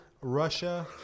Russia